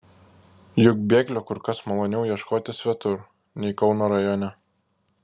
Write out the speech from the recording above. juk bėglio kur kas maloniau ieškoti svetur nei kauno rajone